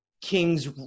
kings